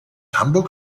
hamburg